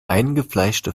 eingefleischte